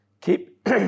Keep